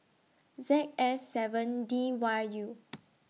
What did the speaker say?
Z S seven D Y U